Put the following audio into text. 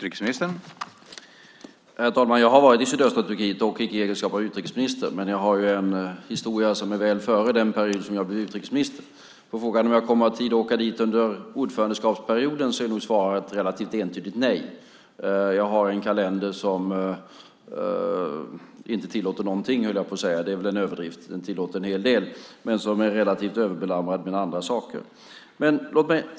Herr talman! Jag har varit i sydöstra Turkiet, dock icke i egenskap av utrikesminister. Men jag har ju en historia från perioden väl före den som utrikesminister. På frågan om jag kommer att ha tid att åka dit under ordförandeskapsperioden är nog svaret ett relativt entydigt nej. Jag har en kalender som inte tillåter någonting, höll jag på att säga. Det är väl en överdrift. Den tillåter en hel del, men den är relativt överbelamrad med andra saker.